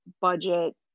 budget